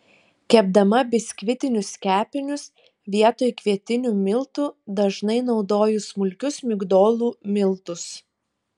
kepdama biskvitinius kepinius vietoj kvietinių miltų dažnai naudoju smulkius migdolų miltus